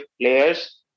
players